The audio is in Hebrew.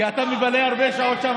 כי אתה מבלה הרבה שעות שם,